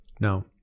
No